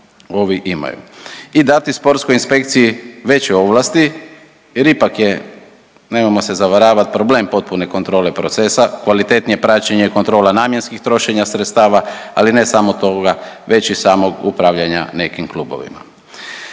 ovi imaju i dati sportskoj inspekciji veće ovlasti jer ipak je nemojmo se zavaravat problem potpune kontrole procesa, kvalitetnije praćenje i kontrola namjenskih trošenja sredstava, ali ne samo toga već i samog upravljanja nekim klubovima.